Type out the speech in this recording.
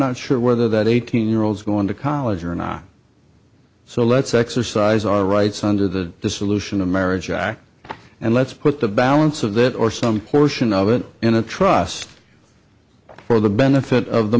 not sure whether that eighteen year olds going to college or not so let's exercise our rights under the dissolution of marriage act and let's put the balance of that or some portion of it in a trust for the benefit of the